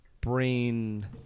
brain